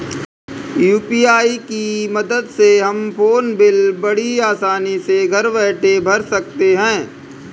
UPI की मदद से हम फ़ोन बिल बड़ी आसानी से घर बैठे भर सकते हैं